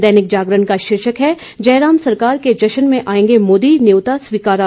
दैनिक जागरण का शीर्षक है जयराम सरकार के जश्न में आएंगे मोदी न्यौता स्वीकारा